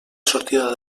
sortida